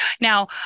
Now